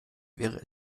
wäre